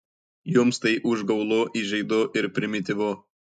jums tai užgaulu įžeidu ir primityvu